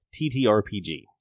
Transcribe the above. TTRPG